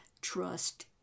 trust